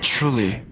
Truly